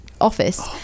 office